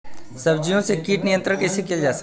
सब्जियों से कीट नियंत्रण कइसे कियल जा?